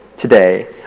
today